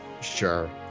Sure